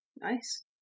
Nice